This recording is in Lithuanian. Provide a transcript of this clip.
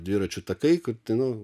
dviračių takai kur tai nu